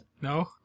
No